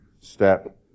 step